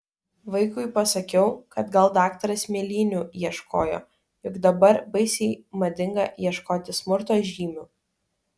vaikui pasakiau kad gal daktaras mėlynių ieškojo juk dabar baisiai madinga ieškoti smurto žymių